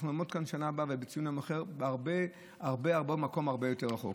אנחנו נעמוד כאן בשנה הבאה ובציון יום אחר במקום הרבה הרבה יותר רחוק.